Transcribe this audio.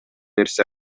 нерсе